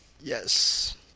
Yes